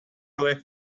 left